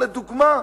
לדוגמה,